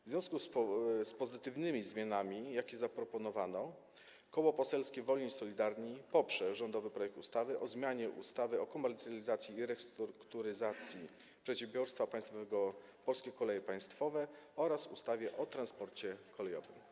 W związku z pozytywnymi zmianami, jakie zaproponowano, Koło Poselskie Wolni i Solidarni poprze rządowy projekt ustawy o zmianie ustawy o komercjalizacji i restrukturyzacji przedsiębiorstwa państwowego „Polskie Koleje Państwowe” oraz ustawy o transporcie kolejowym.